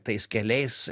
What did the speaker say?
tais keliais